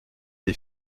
des